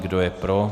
Kdo je pro?